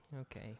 Okay